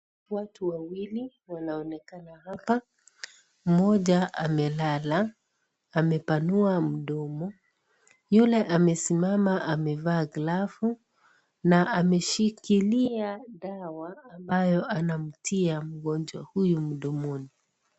Watu wawili wanaonekana hapa, mmoja amelala amepanua mdomo. Yule amesimama amevaa glavu na ameshikilia dawa ambayo anamtia mgonjwa huyu mdomoni.